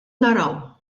naraw